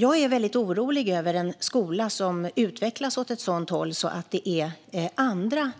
Jag är väldigt orolig för en skola som utvecklas åt ett sådant håll där andra